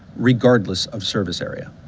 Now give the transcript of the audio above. regardless of service area.